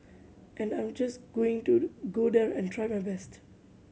and I'm just going to go there and try my best